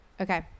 Okay